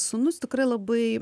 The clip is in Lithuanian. sūnus tikrai labai